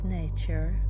nature